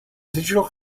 digital